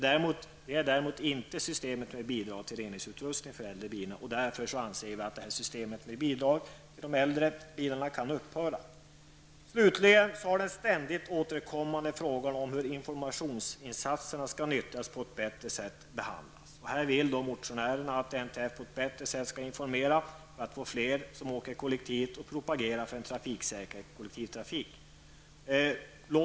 Det är däremot inte systemet med bidrag till reningsutrustning för äldre bilar. Därför anser vi att systemet med bidrag till dessa bilar kan upphöra. Slutligen har den ständigt återkommande frågan om hur informationsinsatserna skall nyttjas på ett bättre sätt behandlats. Motionärerna vill att NTF på ett bättre sätt skall informera för att få fler som åker kollektivt och propagera för trafiksäker kollektivtrafik.